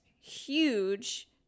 huge